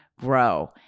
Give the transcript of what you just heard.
grow